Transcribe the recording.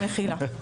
מחילה.